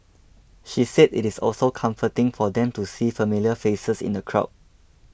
she said it is also comforting for them to see familiar faces in the crowd